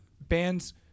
bands